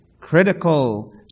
critical